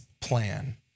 plan